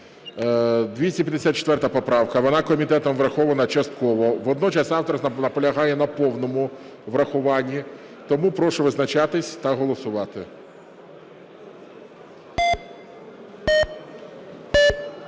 254 поправка. Вона комітетом врахована частково. Водночас автор наполягає на повному врахуванні. Тому прошу визначатися та голосувати. 16:53:42